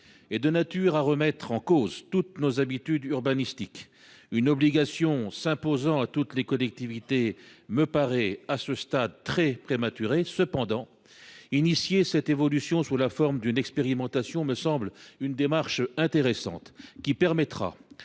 est de nature à remettre en cause toutes nos habitudes urbanistiques. Une obligation qui s’imposerait à toutes les collectivités me paraît, à ce stade, très prématurée. Cependant, impulser cette évolution sous la forme d’une expérimentation me semble une démarche intéressante, qui permettra